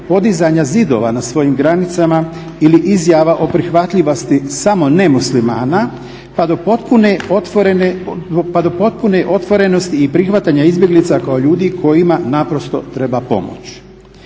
podizanja zidova na svojim granicama ili izjava o prihvatljivosti samo ne Muslimana pa do potpune otvorenosti i prihvatanja izbjeglica kao ljudi kojima naprosto treba pomoć.